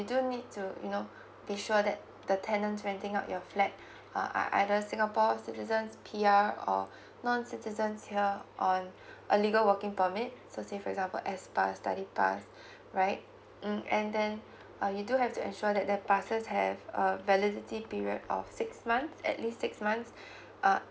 don need to you know make sure that the tenant renting out your flat are either singapore citizen P_R or non citizens here on a legal working permit so say for example S pass study pass right mm and then uh you do have to ensure that the passes have validity period of six month at least six months uh